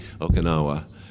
Okinawa